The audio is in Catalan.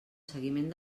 seguiment